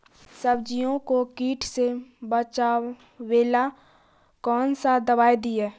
सब्जियों को किट से बचाबेला कौन सा दबाई दीए?